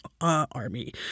army